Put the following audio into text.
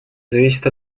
зависит